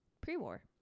pre-war